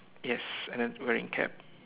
yes and then wearing cap